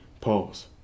Pause